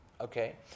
okay